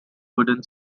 wooden